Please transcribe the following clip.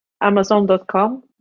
amazon.com